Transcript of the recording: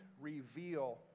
reveal